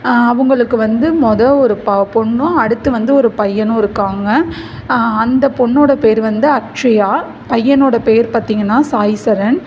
அவங்களுக்கு வந்து மொத ஒரு பா பொண்ணும் அடுத்து வந்து ஒரு பையனும் இருக்காங்கள் அந்த பொண்ணோடய பேர் வந்து அக்ஷயா பையனோடய பேர் பார்த்திங்கன்னா சாய்சரண்